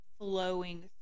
flowing